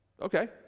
Okay